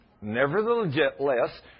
Nevertheless